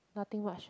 nothing much